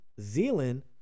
Zealand